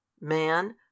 Man